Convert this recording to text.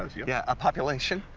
yeah. yeah, ah population?